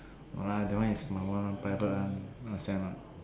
no lah that one is my one private one not the same what